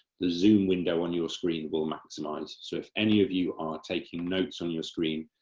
the zoom window on your screen will maximise so if any of you are taking notes on your screen,